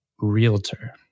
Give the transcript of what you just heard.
Realtor